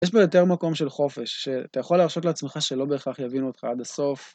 יש בו יותר מקום של חופש, שאתה יכול להרשות לעצמך שלא בהכרח יבינו אותך עד הסוף.